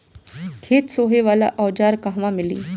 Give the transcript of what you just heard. खेत सोहे वाला औज़ार कहवा मिली?